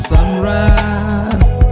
Sunrise